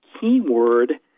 keyword